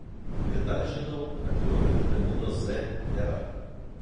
ir dar žinau kad jokio vitamino z nėra